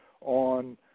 on